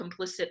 complicit